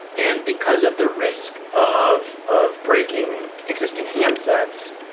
and because of the risk of of breaking existing handsets,